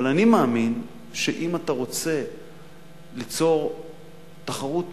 אבל אני מאמין שאם אתה רוצה ליצור תחרות